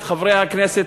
את חברי הכנסת,